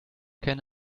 can